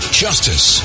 justice